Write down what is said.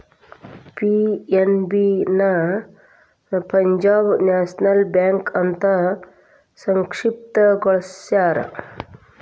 PNB ನ Punjab National Bank ಅಂತ ಸಂಕ್ಷಿಪ್ತ ಗೊಳಸ್ಯಾರ